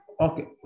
Okay